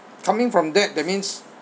coming from that that means